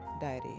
diary